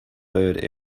bird